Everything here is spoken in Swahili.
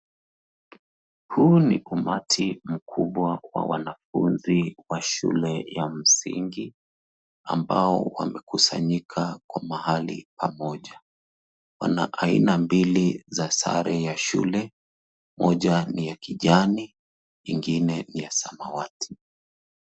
Huu ni umati mkubwa wa wanafunzi wa shule ya msingi, ambao wamekusanyika kwa mahali pamoja. Wana aina mbili za sare ya shule, moja ni ya kijani, ingine ni ya samawati.